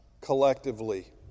collectively